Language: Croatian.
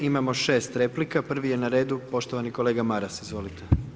Imamo 6 replika, prvi je na redu poštovani kolega Maras, izvolite.